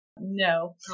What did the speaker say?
no